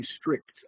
strict